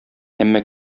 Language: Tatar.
әмма